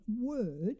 word